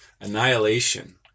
annihilation